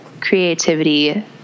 creativity